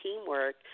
teamwork